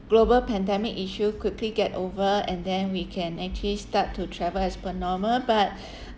global pandemic issue quickly get over and then we can actually start to travel as per normal but